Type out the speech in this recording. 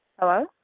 Hello